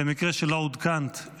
במקרה שלא עודכנת,